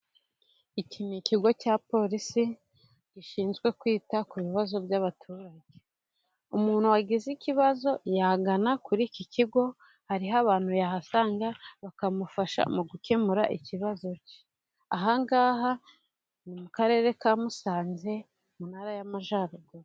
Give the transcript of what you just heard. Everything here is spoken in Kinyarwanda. Iki ni ikigo cya Plisi gishinzwe kwita ku bibazo by'abaturage. Umuntu wagize ikibazo yagana kuri iki kigo, hariho abantu yahasanga bakamufasha gukemura ikibazo cye, Ahangaha ni mu karere ka Musanze, mu ntara y'Amajyaruguru.